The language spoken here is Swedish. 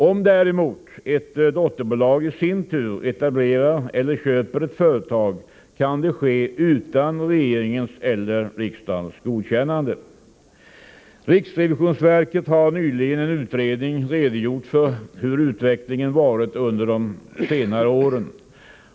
Om däremot ett dotterbolag i sin tur etablerar eller köper ett företag, kan det ske utan regeringens eller riksdagens godkännande. Riksrevisionsverket har nyligen i en utredning redogjort för utvecklingen under de senare åren.